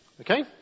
Okay